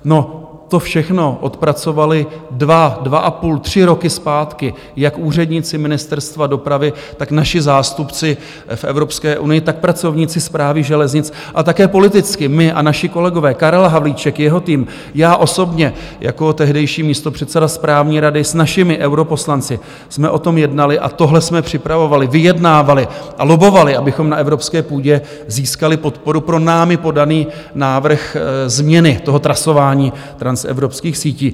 No to všechno odpracovali dva, dvaapůl, tři roky zpátky jak úředníci Ministerstva dopravy, tak naši zástupci v Evropské unii, tak pracovníci Správy železnic a také politicky my a naši kolegové, Karel Havlíček, jeho tým, já osobně jako tehdejší místopředseda správní rady, s našimi europoslanci jsme o tom jednali a tohle jsme připravovali, vyjednávali a lobbovali, abychom na evropské půdě získali podporu pro námi podaný návrh změny toho trasování transevropských sítí.